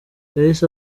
yahise